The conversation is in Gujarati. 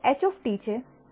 5 છે